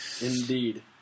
Indeed